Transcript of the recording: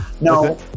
No